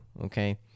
okay